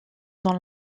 dans